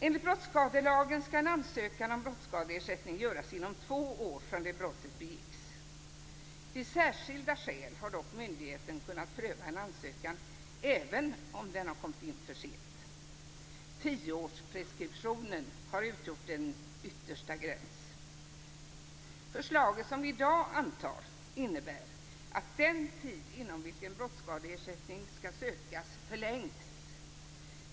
Enligt brottsskadelagen skall en ansökan om brottsskadeersättning göras inom två år från det att brottet begicks. Vid särskilda skäl har dock myndigheten kunnat pröva en ansökan även om den har kommit in för sent. Tioårspreskriptionen har utgjort en yttersta gräns. Förslaget som vi i dag antar innebär att den tid inom vilken brottsskadeersättning skall sökas förlängs.